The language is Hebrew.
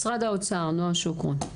משרד האוצר נועה שוקרון.